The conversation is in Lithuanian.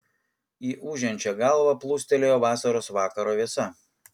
į ūžiančią galvą plūstelėjo vasaros vakaro vėsa